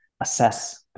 assess